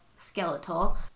skeletal